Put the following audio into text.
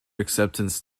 acceptance